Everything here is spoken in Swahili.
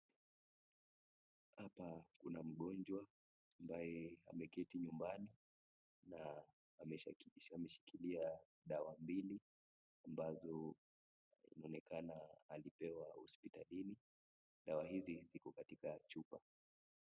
Hapa Kuna mgonjwa ambaye ameketi nyumbani na ameshikilia dawa mbili ambazo zinaonekana alipewa hospitalini dawa hizi ziko katika chupa.